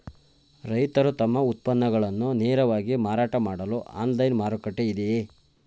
ರೈತರು ತಮ್ಮ ಉತ್ಪನ್ನಗಳನ್ನು ನೇರವಾಗಿ ಮಾರಾಟ ಮಾಡಲು ಆನ್ಲೈನ್ ಮಾರುಕಟ್ಟೆ ಇದೆಯೇ?